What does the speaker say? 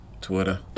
Twitter